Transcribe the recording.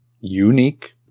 unique